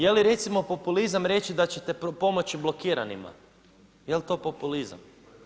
Jeli recimo populizam reći da ćete pomoći blokiranima jel to populizam?